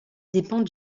dépend